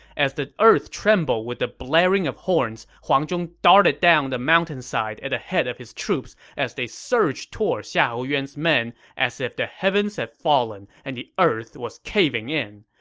as the earth trembled with the blaring of horns, huang zhong darted down the mountainside at the head of his troops as they surged toward xiahou yuan's men as if the heavens had fallen and the earth was caving in.